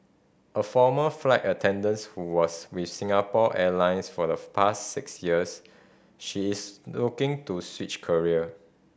a former flight attendants who was with Singapore Airlines for the past six years she is looking to switch career